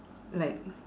like